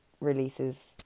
releases